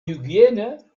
hygiene